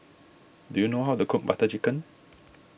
do you know how to cook Butter Chicken